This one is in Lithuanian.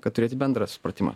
kad turėti bendrą supratimą